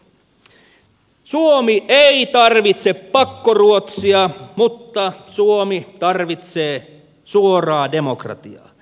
suomi ei tarvitse pakkoruotsia mutta suomi tarvitsee suoraa demokra tiaa